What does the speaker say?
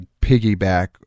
piggyback